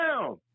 down